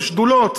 השדולות,